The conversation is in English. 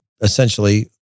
essentially